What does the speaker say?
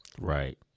Right